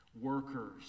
workers